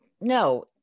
no